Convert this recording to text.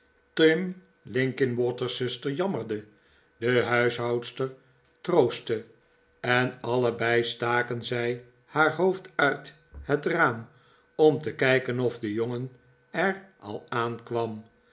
tim linkinwater's zuster jammerde de huishoudster troostte en allebei staken zij haar hoofd uit het raam om te kijken of de jongen er al aankwam